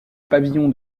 pavillon